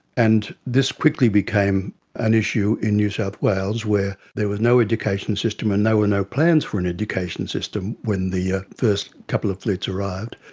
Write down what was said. and this quickly became an issue in new south wales where there was no education system and there were no plans for an education system when the ah first couple of fleets arrived.